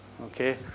okay